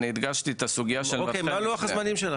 אוקיי, אז מה לוח הזמנים שלכם?